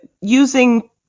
using